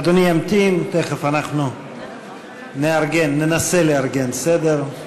אדוני ימתין, תכף אנחנו נארגן, ננסה לארגן סדר.